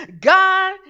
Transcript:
God